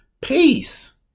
Peace